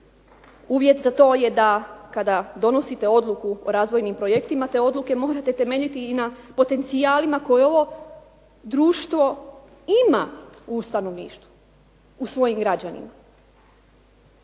Uvjet za to je da kada donosite odluku o razvojnim projektima, te odluke morate temeljiti i na potencijalima koje ovo društvo ima u stanovništvu, u svojim građanima.